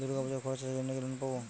দূর্গাপুজোর খরচার জন্য কি লোন পাব?